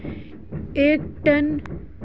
एक टन मूंग उतारने के लिए श्रम शुल्क क्या है?